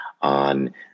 on